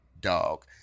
dog